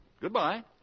Goodbye